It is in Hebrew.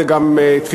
זו גם תפיסה,